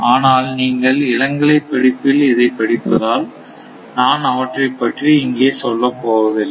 ஆனால் நீங்கள் இளங்கலை பட்டப்படிப்பில் இதைப் படிப்பதால் நான் அவற்றைப் பற்றி இங்கே சொல்லப் போவதில்லை